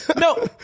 No